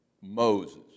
Moses